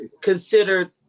considered